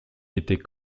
était